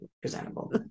presentable